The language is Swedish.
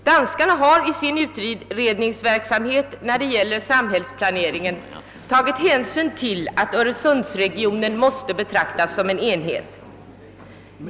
Danskarna har i sin utredningsverksamhet när det gäller samhällsplaneringen tagit hänsyn till att öresundsregionen måste betraktas som en enhet.